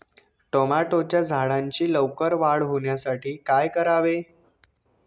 टोमॅटोच्या झाडांची लवकर वाढ होण्यासाठी काय करावे?